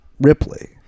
Ripley